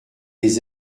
les